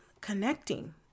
connecting